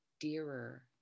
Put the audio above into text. dearer